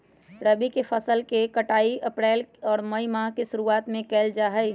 रबी के फसल के कटाई अप्रैल और मई माह के शुरुआत में कइल जा हई